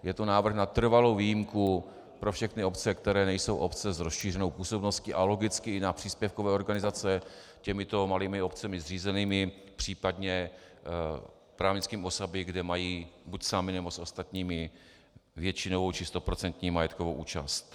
Je to návrh na trvalou výjimku pro všechny obce, které nejsou obce s rozšířenou působností, a logicky i na příspěvkové organizace těmito malými obcemi zřízené, případně právnické osoby, kde mají buď samy, nebo s ostatními většinovou či stoprocentní majetkovou účast.